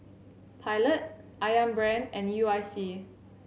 Pilot Ayam Brand and U I C